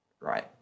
right